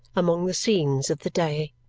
among the scenes of the day.